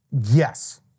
Yes